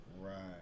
Right